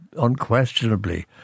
unquestionably